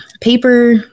paper